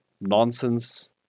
nonsense